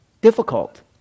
difficult